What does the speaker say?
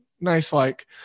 nice-like